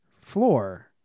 floor